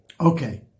Okay